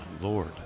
Lord